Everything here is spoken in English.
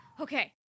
Okay